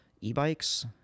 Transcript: e-bikes